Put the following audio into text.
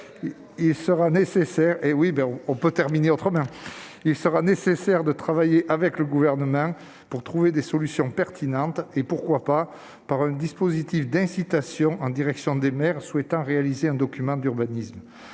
Il est nécessaire de travailler avec le Gouvernement pour trouver des solutions pertinentes. Ainsi, pourquoi ne pas prévoir un dispositif d'incitation en direction des maires souhaitant réaliser un document d'urbanisme